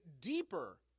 deeper